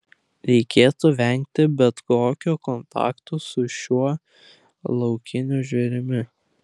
reikėtų vengti bet kokio kontakto su šiuo laukiniu žvėrimi